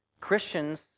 Christians